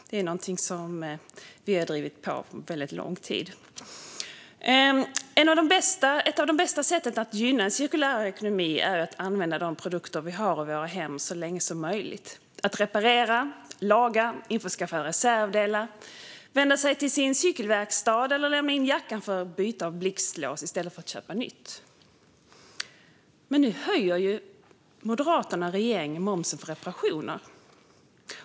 Det är något som vi har drivit under väldigt lång tid. Ett av de bästa sätten att gynna en cirkulär ekonomi är att använda de produkter vi har i våra hem så länge som möjligt - att reparera, laga, införskaffa reservdelar, vända sig till sin cykelverkstad eller lämna in jackan för byte av blixtlås i stället för att köpa nytt. Men nu höjer Moderaterna och regeringen momsen på reparationer.